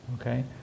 Okay